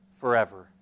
forever